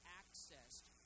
accessed